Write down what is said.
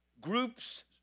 groups